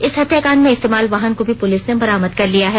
इस हत्याकांड में इस्तेमाल वाहन को भी पुलिस ने बरामद कर लिया है